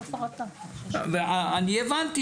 אני הבנתי